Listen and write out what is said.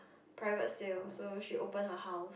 private sale so she open her house